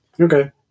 Okay